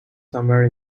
somewhere